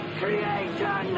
creation